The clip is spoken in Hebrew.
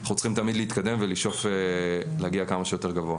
אנחנו צריכים תמיד להתקדם ולשאוף להגיע כמה שיותר גבוה.